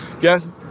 yes